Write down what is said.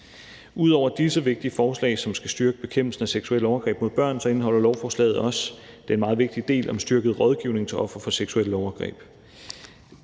Ud over disse vigtige forslag, som skal styrke bekæmpelsen af seksuelle overgreb mod børn, indeholder lovforslaget også – det er en meget vigtig del – styrket rådgivning til ofre for seksuelle overgreb.